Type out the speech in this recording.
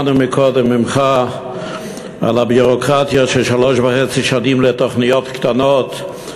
שמענו קודם ממך על הביורוקרטיה של שלוש וחצי שנים לתוכניות קטנות,